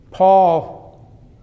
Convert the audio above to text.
Paul